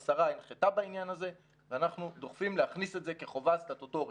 השרה הנחתה בעניין הזה ואנחנו דוחפים להכניס את זה כחובה סטטוטורית